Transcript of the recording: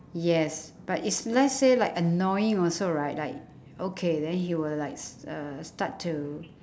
yes but if let's say like annoying also right like okay then he would like s~ uh start to